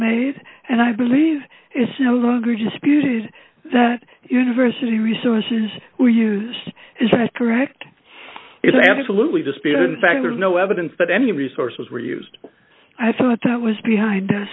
made and i believe it's no longer just species that university resources to use is that correct it's absolutely disappeared in fact there's no evidence that any resources were used i thought that was behind that